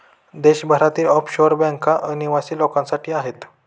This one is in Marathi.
देशभरातील ऑफशोअर बँका अनिवासी लोकांसाठी आहेत